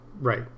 right